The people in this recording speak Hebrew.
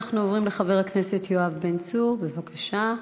אנחנו עוברים לחבר הכנסת יואב בן צור, בבקשה.